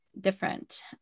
different